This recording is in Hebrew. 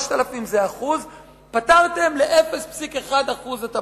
פתרתם ל-0.1% את הבעיה.